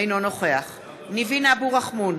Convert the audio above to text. אינו נוכח ניבין אבו רחמון,